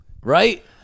right